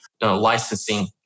licensing